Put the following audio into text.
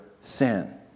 sin